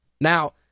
Now